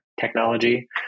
technology